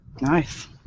Nice